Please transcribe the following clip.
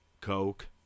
coke